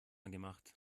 gemacht